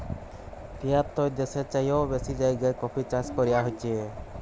তিয়াত্তর দ্যাশের চাইয়েও বেশি জায়গায় কফি চাষ ক্যরা হছে